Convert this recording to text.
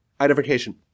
identification